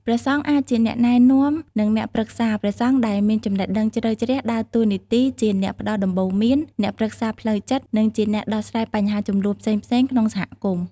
ព្រះសង្ឃអាចជាអ្នកណែនាំ និងអ្នកប្រឹក្សា ព្រះសង្ឃដែលមានចំណេះដឹងជ្រៅជ្រះដើរតួនាទីជាអ្នកផ្តល់ដំបូន្មាន អ្នកប្រឹក្សាផ្លូវចិត្ត និងជាអ្នកដោះស្រាយបញ្ហាជម្លោះផ្សេងៗក្នុងសហគមន៍។